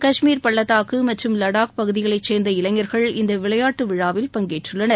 காஷ்மீர் பள்ளத்தாக்கு மற்றும் லடாக் பகுதிகளை சேர்ந்த இளைஞர்கள் இந்த விளையாட்டு விழாவில் பங்கேற்றுள்ளனர்